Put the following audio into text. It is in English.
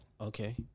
Okay